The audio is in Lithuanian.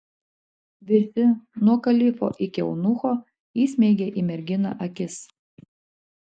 visi nuo kalifo iki eunucho įsmeigė į merginą akis